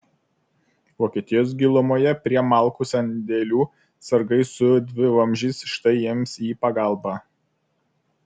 vokietijos gilumoje prie malkų sandėlių sargai su dvivamzdžiais štai jiems į pagalbą